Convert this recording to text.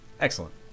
Excellent